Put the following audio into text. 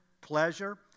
pleasure